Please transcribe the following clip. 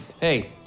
hey